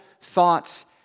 thoughts